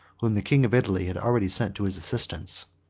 whom the king of italy had already sent to his assistance.